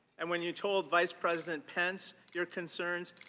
and when you told vice president pence your concerns,